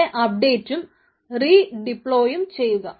ഇതിനെ അപ്ഡേറ്റും റിഡിപ്ലോയ്യും ചെയ്യുക